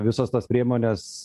visos tos priemonės